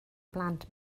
blant